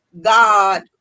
God